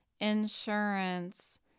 insurance